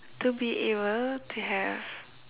to be able to have